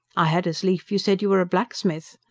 i had as lief you said you were a blacksmith.